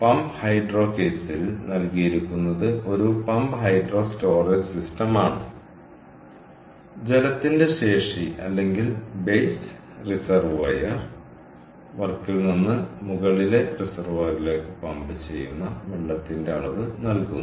pump hydro കേസിൽ നൽകിയിരിക്കുന്നത് ഒരു പമ്പ് ഹൈഡ്രോ സ്റ്റോറേജ് സിസ്റ്റം ആണ് ജലത്തിന്റെ ശേഷി അല്ലെങ്കിൽ ബേസ് റിസർവോയർ വർക്കിൽ നിന്ന് മുകളിലെ റിസർവോയറിലേക്ക് പമ്പ് ചെയ്യുന്ന വെള്ളത്തിന്റെ അളവ് നൽകുന്നു